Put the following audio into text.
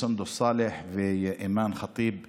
סונדוס סאלח ואימאן ח'טיב יאסין.